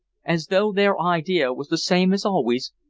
as though their idea was the same as always,